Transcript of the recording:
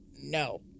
No